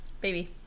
Baby